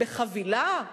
בחבילה,